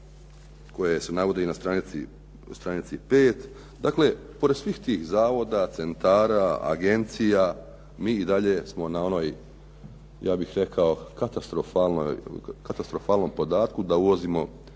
koji se navode i na stranici 5. Dakle, pored svih tih zavoda, centara, agencija mi i dalje smo na onoj ja bih rekao katastrofalnom podatku da uvozimo